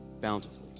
bountifully